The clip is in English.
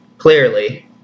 Clearly